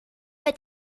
mit